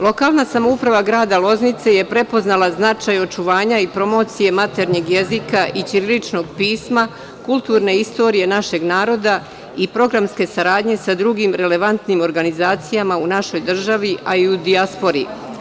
Lokalna samouprava grada Loznice je prepoznala značaj očuvanja i promocije maternjeg jezika i ćiriličnog pisma, kulturne istorije našeg naroda i programske saradnje sa drugim relevantnim organizacijama u našoj državi, a i u dijaspori.